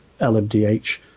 LMDH